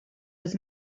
was